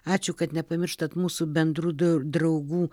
ačiū kad nepamirštat mūsų bendrų dr draugų